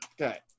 Okay